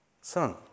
Son